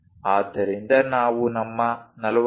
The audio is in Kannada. ಆದ್ದರಿಂದ ನಾವು ನಮ್ಮ 45